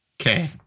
Okay